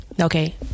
Okay